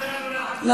אתה עושה לנו נחת רוח.